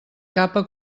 capa